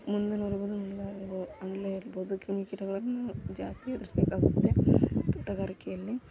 ಮುಂದೆ ಬರ್ಬೋದು ಅಲ್ಲೇ ಇರ್ಬೋದು ಕ್ರಿಮಿ ಕೀಟಗಳನ್ನು ಜಾಸ್ತಿ ಎದುರಿಸ್ಬೇಕಾಗುತ್ತೆ ತೋಟಗಾರಿಕೆಯಲ್ಲಿ